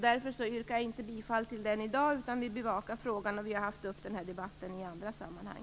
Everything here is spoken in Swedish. Därför yrkar jag inte bifall till reservationen i dag, utan vi bevakar frågan. Vi har haft den upp till debatt i andra sammanhang.